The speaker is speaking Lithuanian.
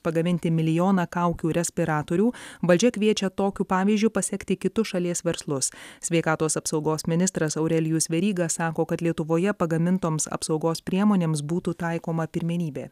pagaminti milijoną kaukių respiratorių valdžia kviečia tokiu pavyzdžiu pasekti kitus šalies verslus sveikatos apsaugos ministras aurelijus veryga sako kad lietuvoje pagamintoms apsaugos priemonėms būtų taikoma pirmenybė